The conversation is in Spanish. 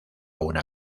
una